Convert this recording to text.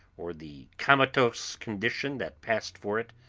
or the comatose condition that passed for it,